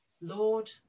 lord